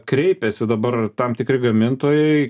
kreipėsi dabar tam tikri gamintojai